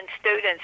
students